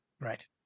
Right